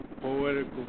Poetical